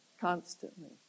Constantly